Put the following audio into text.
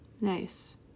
Nice